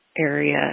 area